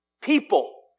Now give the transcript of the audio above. people